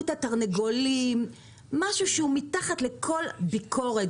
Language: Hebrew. הקודמת, משהו שהוא מתחת לכל ביקורת.